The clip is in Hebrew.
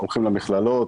הולכים למכללות,